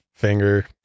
finger